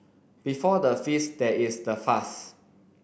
before the feast there is the fast